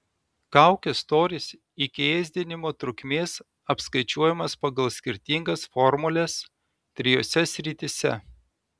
kaukės storis iki ėsdinimo trukmės apskaičiuojamas pagal skirtingas formules trijose srityse